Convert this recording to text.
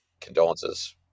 condolences